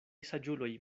saĝuloj